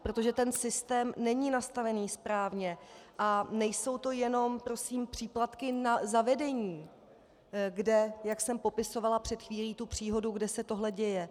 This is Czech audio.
Protože ten systém není nastavený správně a nejsou to jenom prosím příplatky za vedení, kde, jak jsem popisovala před chvíli tu příhodu, kde se tohle děje.